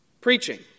preaching